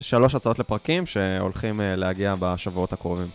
שלוש הצעות לפרקים שהולכים להגיע בשבועות הקרובים.